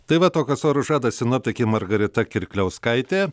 tai vat tokius orus žada sinoptikė margarita kirkliauskaitė